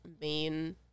main